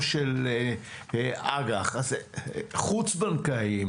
אג"ח, חוץ בנקאי.